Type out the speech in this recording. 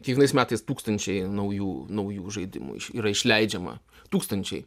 kiekvienais metais tūkstančiai naujų naujų žaidimų yra išleidžiama tūkstančiai